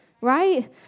Right